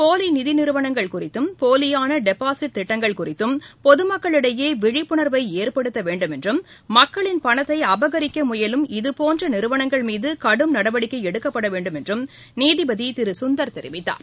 போலிநிதிநிறுவனங்கள் போலியானடெபாசிட் குறித்தும் திட்டங்கள் குறித்தும் பொதமக்களிடையேவிழிப்புணர்வைஏற்படுத்தவேண்டும் என்றும் மக்களின் பணத்தைஅபகரிக்கமுயலும் இதுபோன்றநிறுவனங்கள் மீதுகடும் நடவடிக்கைஎடுக்கப்படவேண்டும் என்றும் நீதிபதிதெரிவித்தார்